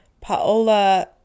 Paola